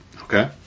Okay